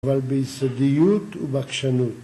אבל ביסודיות ובעקשנות